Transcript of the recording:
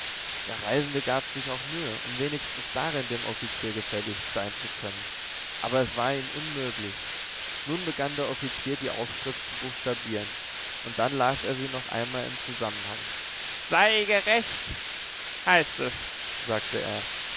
der reisende gab sich auch mühe um wenigstens darin dem offizier gefällig sein zu können aber es war ihm unmöglich nun begann der offizier die aufschrift zu buchstabieren und dann las er sie noch einmal im zusammenhang sei gerecht heißt es sagte er